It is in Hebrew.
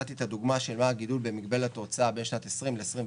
נתתי את הדוגמה שלא היה גידול במגבלת ההוצאה בין שנת 20' ל-21',